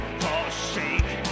forsake